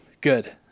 Good